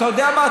אתה יודע מה?